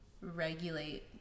regulate